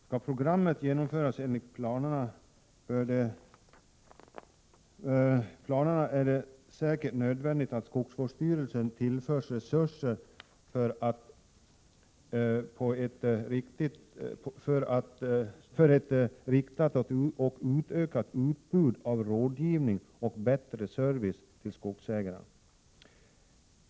Skall programmet genomföras enligt planerna är det säkert nödvändigt att skogsvårdsstyrelsen tillförs resurser för ett riktat och utökat utbud av rådgivning och bättre service till skogsägarna.